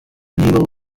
niba